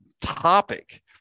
topic